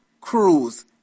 Cruise